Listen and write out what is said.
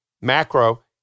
macro